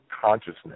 consciousness